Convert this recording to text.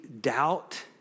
doubt